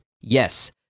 Yes